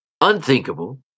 unthinkable